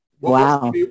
Wow